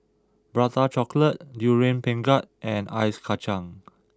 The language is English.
Prata Chocolate Durian Pengat and Ice Kacang